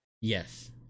Yes